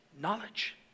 knowledge